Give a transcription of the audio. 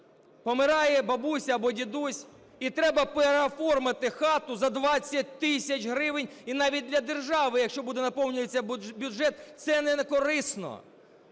помирає бабуся або дідусь і треба переоформити хату за 20 тисяч гривень, і навіть для держави, якщо буде наповнюватися бюджет, це не корисно.